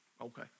okay